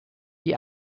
die